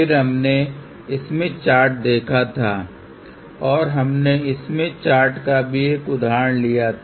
फिर हमने Smith chart देखा था और हमने स्मिथ चार्ट का भी एक उदाहरण लिया था